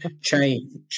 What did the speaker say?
change